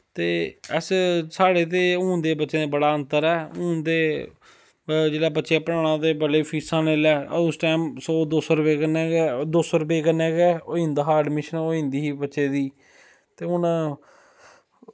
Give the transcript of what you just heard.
ते अस साढ़े ते हून दे बच्चें च बड़ा अंतर ऐ हून ते जिसलै बच्चे पढ़ाना ते बड़ियां फीसां न इसलै उस टैम सौ दो सौ रपे कन्नै दो सौ रपे कन्नै गै होई जंदा हा अडमिशन होई जंदी ही बच्चे दी ते हून